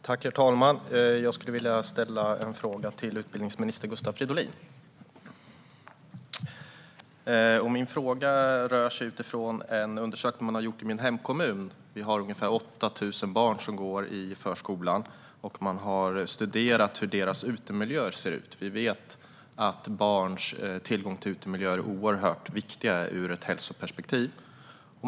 Herr talman! Jag skulle vilja ställa en fråga till utbildningsminister Gustav Fridolin. Min fråga berör en undersökning som man har gjort i min hemkommun. Vi har ungefär 8 000 barn som går i förskolan. Man har studerat hur deras utemiljöer ser ut. Vi vet att barns tillgång till utemiljöer är oerhört viktig ur ett hälsoperspektiv.